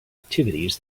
activities